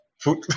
Food